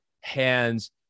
hands